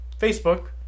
facebook